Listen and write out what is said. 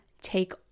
take